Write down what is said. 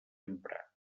emprat